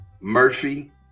Murphy